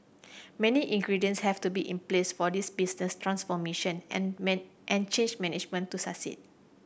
many ingredients have to be in place for this business transformation and man and change management to succeed